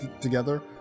together